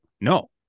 No